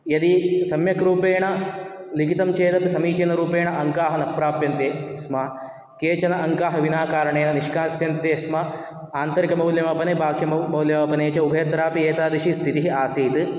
यदि सम्यक्ग्रूपेण लिखितं चेत् समीचीनरूपेण अङ्काः न प्राप्यन्ते स्म केचन अङ्काः विना कारणेन निष्कास्यन्ते स्म आन्तरिकमौल्यमापने बाह्यमौल्यमापने च उभयत्रापि एतादृशी स्थितिः आसीत्